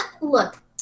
look